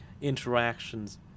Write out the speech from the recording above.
interactions